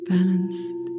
balanced